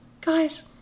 Guys